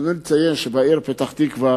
ברצוני לציין שבעיר פתח-תקווה